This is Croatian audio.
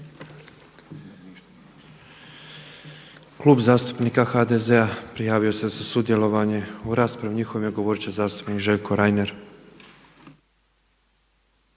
Klub zastupnika HDZ-a prijavio se za sudjelovanje u raspravi. U njihovo ime govorit će zastupnik Željko Reiner.